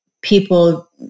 people